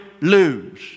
lose